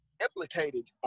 implicated